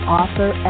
author